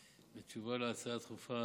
תשובה על ההצעה הדחופה